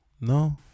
No